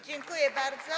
Dziękuję bardzo.